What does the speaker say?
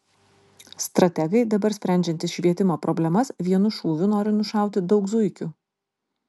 strategai dabar sprendžiantys švietimo problemas vienu šūviu nori nušauti daug zuikių